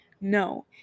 no